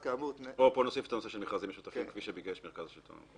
פה נוסיף את הנושא של מכרזים משותפים כפי שביקש מרכז השלטון המקומי.